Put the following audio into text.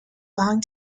along